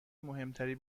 مهمتری